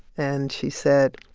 and she said,